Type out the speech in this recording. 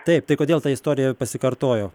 taip tai kodėl ta istorija pasikartojo